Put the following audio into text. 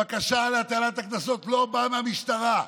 הבקשה להטלת הקנסות לא באה מהמשטרה.